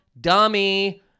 dummy